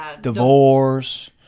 divorce